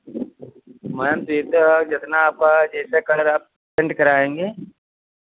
ma'am जैसा जितना आपका जैसे कलर आप पेन्ट कराएँगे